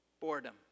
Boredom